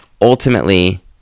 Ultimately